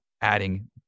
adding